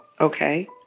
Okay